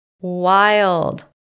wild